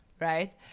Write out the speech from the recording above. right